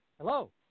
hello